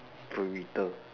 burrito